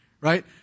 right